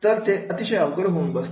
तर ते अतिशय अवघड होऊन बसते